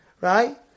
Right